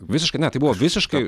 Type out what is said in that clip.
visiškai na tai buvo visiškai